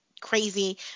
crazy